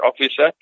officer